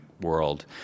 world